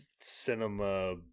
cinema